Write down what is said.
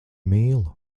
mīlu